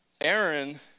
Aaron